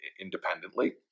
independently